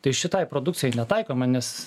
tai šitai produkcijai netaikoma nes